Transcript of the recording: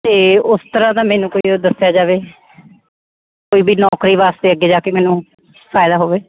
ਅਤੇ ਉਸ ਤਰ੍ਹਾਂ ਦਾ ਮੈਨੂੰ ਕੋਈ ਉਹ ਦੱਸਿਆ ਜਾਵੇ ਕੋਈ ਵੀ ਨੌਕਰੀ ਵਾਸਤੇ ਅੱਗੇ ਜਾ ਕੇ ਮੈਨੂੰ ਫਾਇਦਾ ਹੋਵੇ